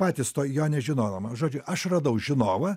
patys to jo nežinodami žodžiu aš radau žinovą